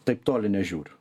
taip toli nežiūriu